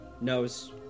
knows